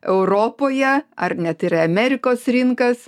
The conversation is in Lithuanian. europoje ar net ir amerikos rinkas